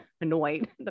annoyed